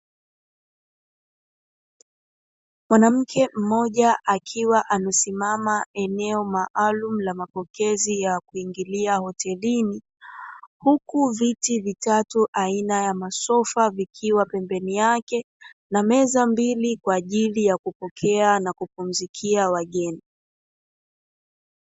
Mwanamke mmoja akiwa amesimama Kwenye eneo maalumu la mapokezi ya wageni hotelini huku viti vitatu aina ya masofa vikiwa pembeni yake na meza mbili ya kupokea na kupumzikia wageni.